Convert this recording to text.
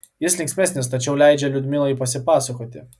jis linksmesnis tačiau leidžia liudmilai pasipasakoti